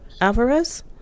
Alvarez